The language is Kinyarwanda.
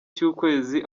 cy’ukwezi